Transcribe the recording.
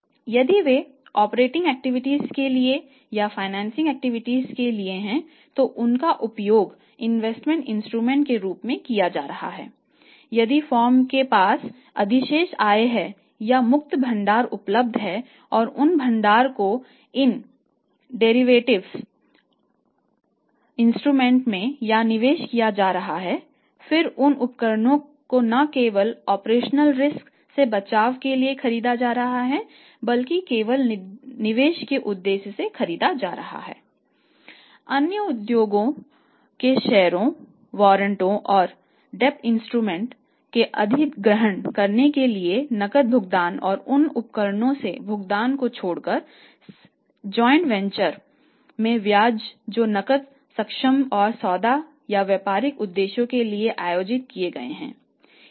यदि वे ऑपरेटिंग एक्टिविटीजके बचाव के लिए खरीदा जा रहा है बल्कि केवल निवेश के उद्देश्य से खरीदा जा रहा है